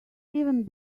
even